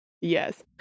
yes